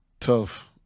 Tough